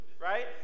Right